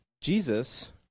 Jesus